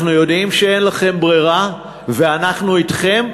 אנחנו יודעים שאין לכם ברירה, ואנחנו אתכם.